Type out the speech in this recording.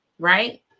Right